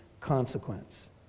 consequence